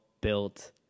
built